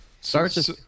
Starts